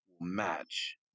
match